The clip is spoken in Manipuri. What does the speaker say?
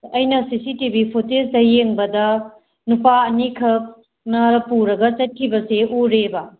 ꯑꯩꯅ ꯁꯤ ꯁꯤ ꯇꯤ ꯚꯤ ꯐꯨꯇꯦꯖꯇ ꯌꯦꯡꯕꯗ ꯅꯨꯄꯥ ꯑꯅꯤꯈꯛꯅ ꯄꯨꯔꯒ ꯆꯠꯈꯤꯕꯁꯦ ꯎꯔꯦꯕ